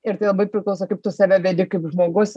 ir tai labai priklauso kaip tu save vedi kaip žmogus